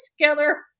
together